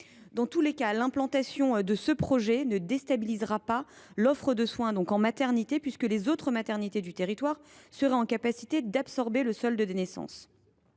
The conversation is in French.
Dans tous les cas, l’implantation de ce nouvel établissement ne déstabiliserait pas l’offre de soins en maternité, puisque les autres maternités du territoire seraient capables d’absorber le solde des naissances.